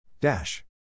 Dash